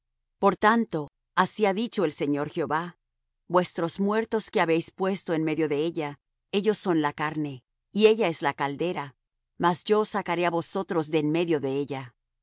por tanto así ha dicho el señor jehová vuestros muertos que habéis puesto en medio de ella ellos son la carne y ella es la caldera mas yo os sacaré á vosotros de en medio de ella